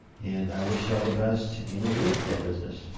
and i wish you all the best in your real estate business.